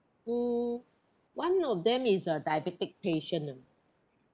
um one of them is a diabetic patient ah